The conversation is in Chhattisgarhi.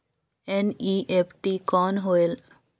एन.ई.एफ.टी कौन होएल?